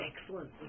excellent